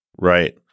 Right